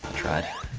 try to,